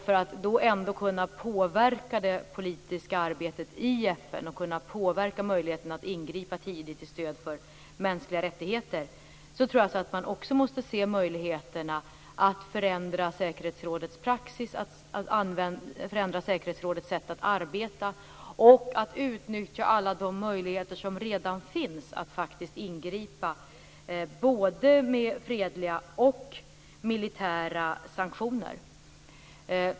För att man då ändå skall kunna påverka det politiska arbetet i FN och kunna påverka möjligheterna att ingripa tidigt till stöd för mänskliga rättigheter så tror jag att man också måste se möjligheterna att förändra säkerhetsrådets praxis, att förändra säkerhetsrådets sätt att arbeta och att utnyttja alla de möjligheter som redan finns att faktiskt ingripa både med fredliga och med militära sanktioner.